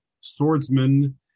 swordsman